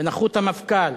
בנוכחות המפכ"ל,